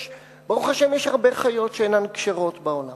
ברוך השם, יש הרבה חיות שאינן כשרות בעולם.